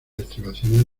estribaciones